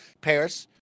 paris